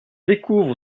découvre